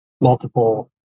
multiple